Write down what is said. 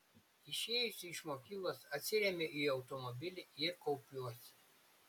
išėjusi iš mokyklos atsiremiu į automobilį ir kaupiuosi